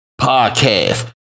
podcast